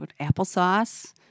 applesauce